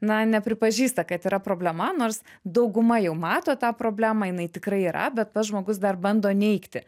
na nepripažįsta kad yra problema nors dauguma jau mato tą problemą jinai tikrai yra bet pats žmogus dar bando neigti